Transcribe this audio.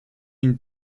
une